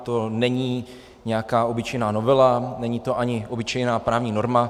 To není nějaká obyčejná novela, není to ani obyčejná právní norma.